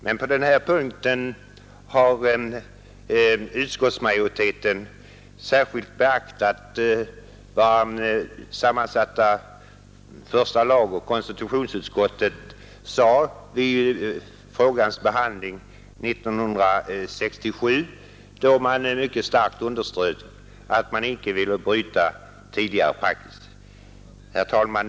Men utskottsmajoriteten har särskilt beaktat vad sammansatta första lagutskottet och konstitutionsutskottet mycket starkt underströk vid frågans behandling 1967, att man inte ville bryta tidigare praxis. Herr talman!